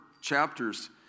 chapters